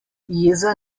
jeza